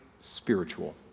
spiritual